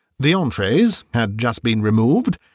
the entrees had just been removed,